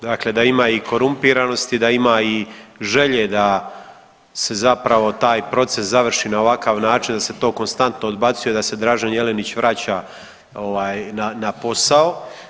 Dakle, da ima i korumpiranosti, da ima i žele da se zapravo taj proces završi na ovakav način da se to konstantno odbacuje, da se Dražen Jelenić ovaj vraća na posao.